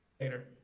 later